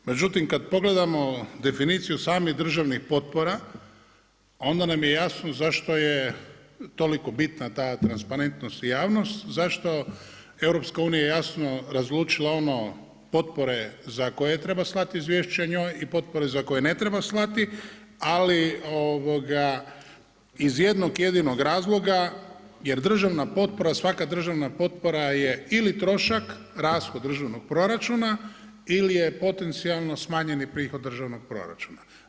Međutim, kada pogledamo definiciju samih državnih potpora, onda nam je jasno, zašto je toliko bitna ta transparentnost i javnost, zašto EU, je jasno razlučila ono potpore za koje treba slati izvješće njoj i potpore za koje ne treba slati, ali iz jednog jedinog razloga, jer državna potpora, svaka državna potpora je ili trošak, rashod državnog proračuna ili je potencijalno smanjeni prihod državnog proračuna.